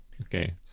Okay